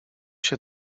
się